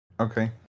Okay